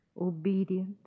obedient